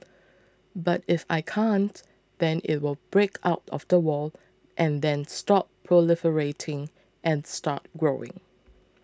but if I can't then it will break out of the wall and then stop proliferating and start growing